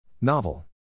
Novel